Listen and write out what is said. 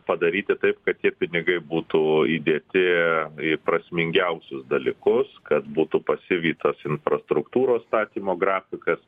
padaryti taip kad tie pinigai būtų įdėti į prasmingiausius dalykus kad būtų pasivytas infrastruktūros statymo grafikas